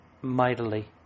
mightily